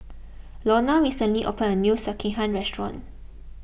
Lona recently opened a new Sekihan restaurant